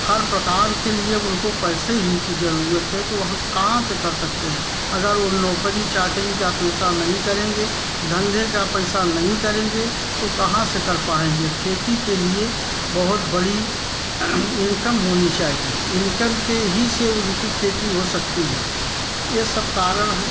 हर प्रकार के लिय उनको पैसे ही की ज़रूरत है तो वहाँ कहाँ से कर सकते है अगर वो नौकरी चाकरी का पेसा नहीं करेंगे धंधे का पैसा नहीं करेंगे तो कहाँ से कर पाएँगे खेती के लिए बहुत बड़ी इनकम होनी चाहिए इनकम से ही से उनकी खेती हो सकती है ये सब कारण हैं